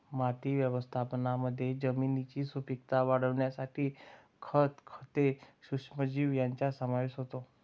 माती व्यवस्थापनामध्ये जमिनीची सुपीकता वाढवण्यासाठी खत, खते, सूक्ष्मजीव यांचा समावेश होतो